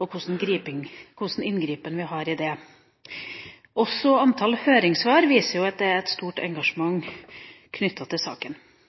og hvilken inngripen vi har i det. Også antallet høringssvar viser et stort engasjement knyttet til saken. Poenget er at det setter store krav til oss som politikere, og det setter store krav til